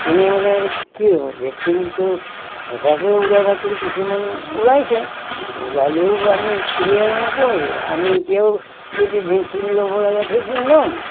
তেনেহ'লে আৰু কি ভেকচিনটো সঁচাকেও উৰা বাতৰি কিছুমান ওলাইছে ওলালেও আমি নকৰোঁ আমি এতিয়াও যদি ভেকচিন ল'ব লাগে ভেকচিন ল'ম